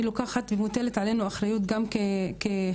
אני לוקחת ומוטלת עלינו אחריות גם כחברה,